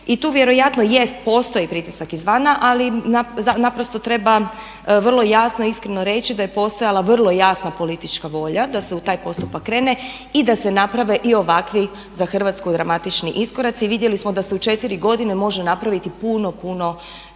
I tu vjerojatno jest, postoji pritisak izvana ali naprosto treba vrlo jasno i iskreno reći da je postojala vrlo jasna politička volja da se u taj postupak krene i da se naprave i ovakvi za Hrvatsku dramatični iskoraci. I vidjeli smo da se u 4 godine može napraviti puno, puno